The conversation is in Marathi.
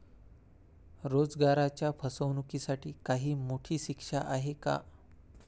रोजगाराच्या फसवणुकीसाठी काही मोठी शिक्षा आहे का?